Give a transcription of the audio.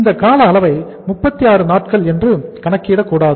இந்த கால அளவை 36 நாட்கள் என்று கணக்கிட கூடாது